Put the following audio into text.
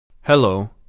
Hello